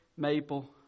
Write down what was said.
Maple